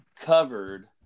covered